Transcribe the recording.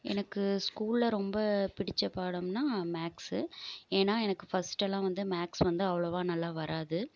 எனக்கு ஸ்கூலில் ரொம்ப பிடித்த பாடம்னால் மேக்ஸ்சு ஏன்னால் எனக்கு ஃபஸ்ட்டெல்லாம் வந்து மேக்ஸ் வந்து அவ்வளவா நல்லா வராது